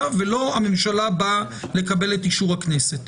ולא הממשלה באה לקבל את אישור הכנסת.